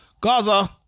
Gaza